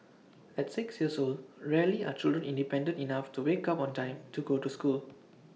at six years old rarely are children independent enough to wake up on time to go to school